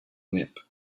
whip